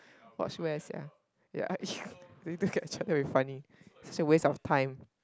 watch where sia yeah you try to be funny such a waste of a time